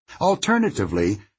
Alternatively